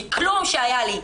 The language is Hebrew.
מכלום שהיה לי.